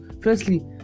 firstly